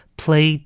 play